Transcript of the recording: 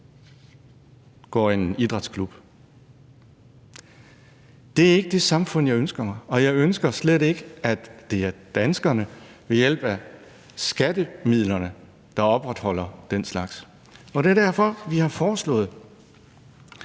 går i en idrætsklub. Det er ikke det samfund, jeg ønsker mig, og jeg ønsker slet ikke, at det er danskerne, der ved hjælp af skattemidlerne skal opretholde den slags. Det er derfor, vi har foreslået,